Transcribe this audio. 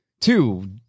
Two